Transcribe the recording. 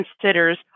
considers